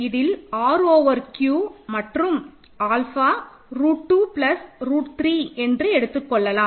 இதில் R over Q மற்றும் alpha root 2 plus root 3 என்று எடுத்துக்கொள்ளலாம்